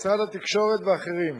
משרד התקשורת ואחרים.